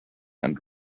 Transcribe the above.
and